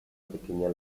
pequeña